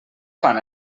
fan